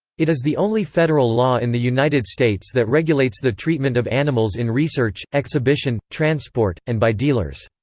it is the only federal law in the united states that regulates the treatment of animals in research, exhibition, transport, and by dealers.